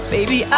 Baby